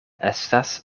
estas